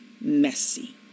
messy